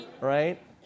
Right